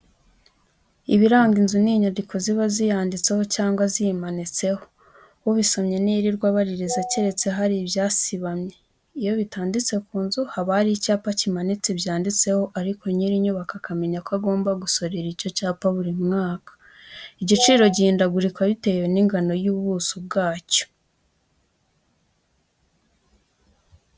Ibiranga inzu ni inyandiko ziba ziyanditseho cyangwa ziyimanitseho. Ubisomye ntiyirirwa abaririza, keretse hari ibyasibamye. Iyo bitanditse ku nzu, haba hari icyapa kimanitse byanditseho ariko nyir'inyubako akamenya ko agomba gusorera icyo cyapa buri mwaka. Igiciro gihindagurika bitewe n'ingano y'ubuso bwacyo.